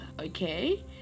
okay